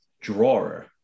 drawer